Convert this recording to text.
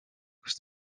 kus